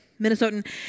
Minnesotan